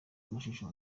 amashusho